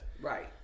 Right